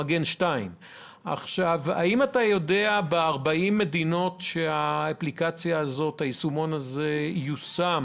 המגן 2. ב-40 המדינות שבהן היישומון הזה יושם